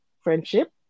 friendship